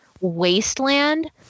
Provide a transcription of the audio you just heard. wasteland